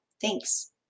thanks